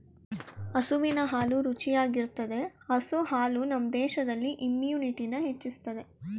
ಹಸುವಿನ ಹಾಲು ರುಚಿಯಾಗಿರ್ತದೆ ಹಸು ಹಾಲು ನಮ್ ದೇಹದಲ್ಲಿ ಇಮ್ಯುನಿಟಿನ ಹೆಚ್ಚಿಸ್ತದೆ